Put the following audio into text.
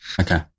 Okay